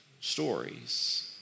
stories